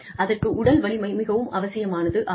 அதற்கு உடல் வலிமை மிகவும் அவசியமானதாகும்